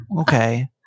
okay